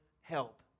help